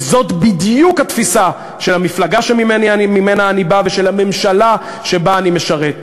וזאת בדיוק התפיסה של המפלגה שממנה אני בא ושל הממשלה שבה אני משרת,